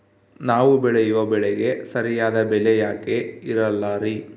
ನಾವು ಬೆಳೆಯುವ ಬೆಳೆಗೆ ಸರಿಯಾದ ಬೆಲೆ ಯಾಕೆ ಇರಲ್ಲಾರಿ?